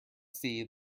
see